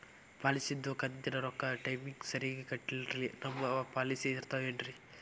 ಪಾಲಿಸಿದು ಕಂತಿನ ರೊಕ್ಕ ಟೈಮಿಗ್ ಸರಿಗೆ ಕಟ್ಟಿಲ್ರಿ ನಮ್ ಪಾಲಿಸಿ ಇರ್ತದ ಏನ್ರಿ?